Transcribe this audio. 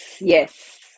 yes